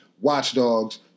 watchdogs